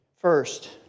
First